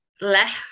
left